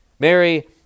Mary